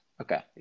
Okay